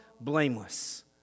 blameless